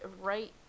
right